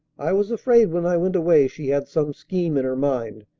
i was afraid when i went away she had some scheme in her mind.